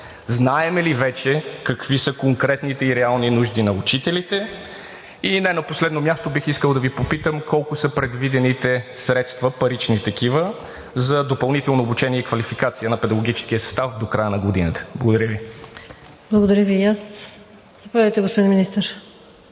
Знаем ли вече какви са конкретните и реални нужди на учителите? И не на последно място, бих искал да Ви попитам: колко са предвидените средства – парични такива, за допълнително обучение и квалификация на педагогическия състав до края на годината? Благодаря Ви. ПРЕДСЕДАТЕЛ ВИКТОРИЯ ВАСИЛЕВА: Благодаря Ви и аз. Заповядайте, господин Министър.